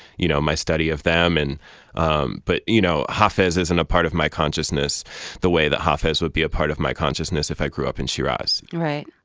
you know, my study of them. and um but, you know, hafez isn't a part of my consciousness the way that hafez would be a part of my consciousness if i grew up in shiraz right.